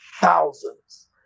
thousands